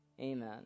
Amen